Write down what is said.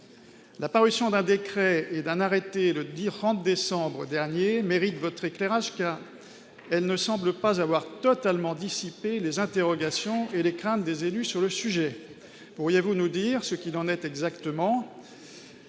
La parution d'un décret et d'un arrêté le 30 décembre dernier mérite un éclairage, car elle ne semble pas avoir totalement dissipé les interrogations et les craintes des élus sur le sujet. Qu'en est-il exactement ?